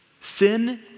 sin